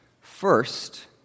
First